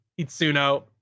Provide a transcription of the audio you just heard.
Itsuno